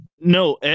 no